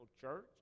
church